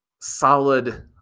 solid